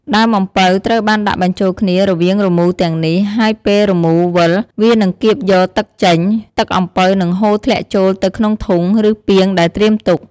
ដើមអំពៅត្រូវបានដាក់បញ្ចូលគ្នារវាងរមូរទាំងនេះ ហើយពេលរមូរវិល វានឹងកៀបយកទឹកចេញ។ ទឹកអំពៅនឹងហូរធ្លាក់ចូលទៅក្នុងធុង ឬពាងដែលត្រៀមទុក។